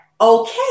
Okay